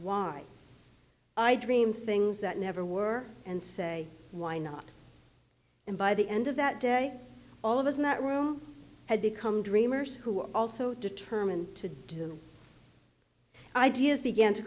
why i dream things that never were and say why not and by the end of that day all of us in that room had become dreamers who were also determined to do ideas began to